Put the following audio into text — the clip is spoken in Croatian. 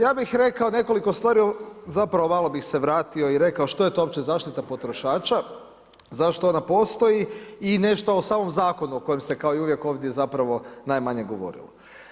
Ja bih rekao nekoliko stvari, zapravo malo bi se vratio i rekao što je to uopće zaštita potrošača, zašto ona postoji i nešto o samom zakonu o kojem se kao i uvijek ovdje zapravo najmanje govorilo.